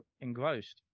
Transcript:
engrossed